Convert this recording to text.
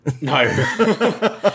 no